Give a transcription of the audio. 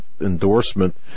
endorsement